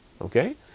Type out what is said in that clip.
Okay